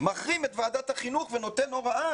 מחרים את ועדת החינוך ונותן הוראה